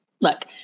look